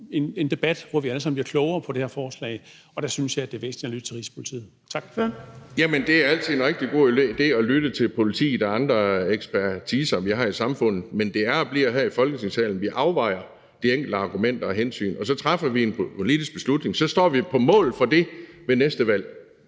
en debat, hvor vi alle sammen bliver klogere på det her forslag. Der synes jeg, det er væsentligt at lytte til Rigspolitiet. Tak. Kl. 15:22 Fjerde næstformand (Trine Torp): Ordføreren. Kl. 15:22 Kristian Pihl Lorentzen (V): Jamen det er altid en rigtig god idé at lytte til politiet og andre ekspertiser, vi har i samfundet, men det er og bliver her i Folketingssalen, vi afvejer de enkelte argumenter og hensyn, og så træffer vi en politisk beslutning. Så står vi på mål for det ved næste valg.